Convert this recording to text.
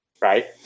Right